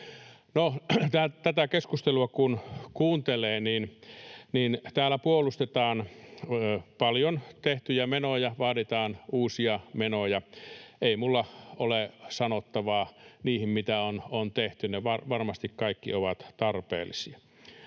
tätä keskustelua kun kuuntelee, niin täällä puolustetaan paljon tehtyjä menoja ja vaaditaan uusia menoja, eikä minulla ole sanottavaa niihin, mitä on tehty. Ne varmasti kaikki ovat tarpeellisia.